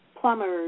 plumbers